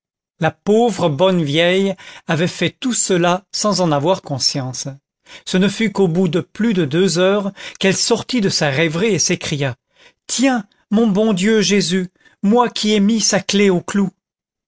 la pauvre bonne vieille avait fait tout cela sans en avoir conscience ce ne fut qu'au bout de plus de deux heures qu'elle sortit de sa rêverie et s'écria tiens mon bon dieu jésus moi qui ai mis sa clef au clou